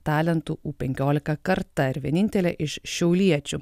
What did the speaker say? talentų u penkiolika karta ir vienintelė iš šiauliečių